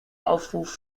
aufruf